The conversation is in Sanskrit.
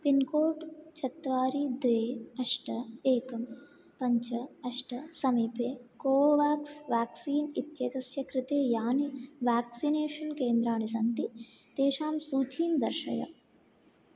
पिन्कोड् चत्वारि द्वे अष्ट एकं पञ्च अष्ट समीपे कोवोवाक्स् व्याक्सीन् इत्येतस्य कृते यानि व्याक्सिनेषन् केन्द्राणि सन्ति तेषाम् सूचीं दर्शय